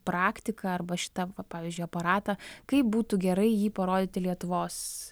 praktiką arba šitą va pavyzdžiui aparatą kaip būtų gerai jį parodyti lietuvos